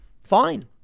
Fine